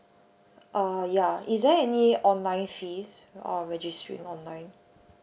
uh ya is there any online fees uh registering online